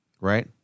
right